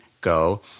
go